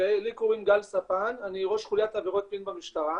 קוראים גל ספן, אני ראש חוליית עבירות מין במשטרה.